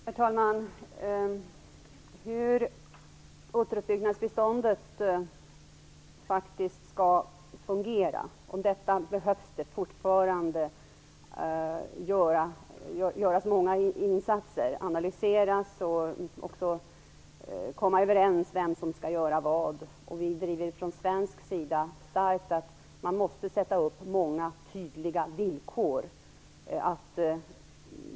Herr talman! Hur återuppbyggnadsbiståndet faktiskt skall fungera behövs det fortfarande göras många analyseras av, och man behöver även komma överens om vem som skall göra vad. Vi driver från svensk sida starkt att man måste sätta upp många tydliga villkor.